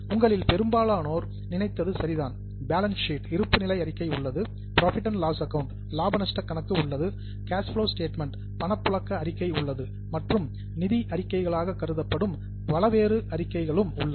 உங்களின் பெரும்பாலோர் நினைத்தது சரி பேலன்ஸ் சீட் இருப்பு நிலை அறிக்கை உள்ளது புரோஃபிட் அண்ட் லாஸ் அக்கவுண்ட் லாப நட்டக் கணக்கு உள்ளது கேஷ் ஃப்ளோ ஸ்டேட்மெண்ட் பணப்புழக்க அறிக்கை உள்ளது மற்றும் நிதி அறிக்கைகளாக கருதப்படும் வேறுபல அறிக்கைகளும் உள்ளன